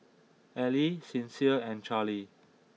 Allie Sincere and Charley